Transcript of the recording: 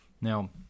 Now